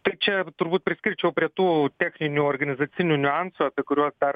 tai čia turbūt priskirčiau prie tų techninių organizacinių niuansų apie kuriuos dar